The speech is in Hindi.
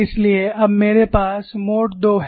इसलिए अब मेरे पास मोड II है